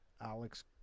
Alex